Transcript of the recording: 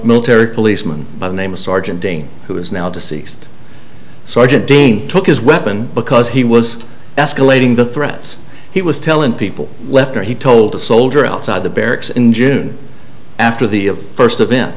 policeman by the name of sergeant dean who is now deceased sergeant dean took his weapon because he was escalating the threats he was telling people left or he told a soldier outside the barracks in june after the first event